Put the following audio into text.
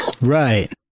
right